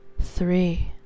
Three